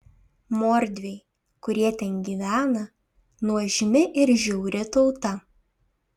mordviai kurie ten gyvena nuožmi ir žiauri tauta